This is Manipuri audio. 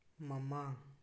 ꯃꯃꯥ